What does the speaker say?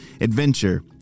adventure